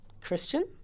Christian